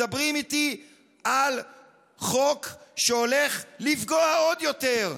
מדברים איתי על חוק שהולך לפגוע עוד יותר,